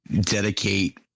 dedicate –